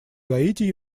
гаити